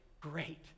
Great